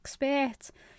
expert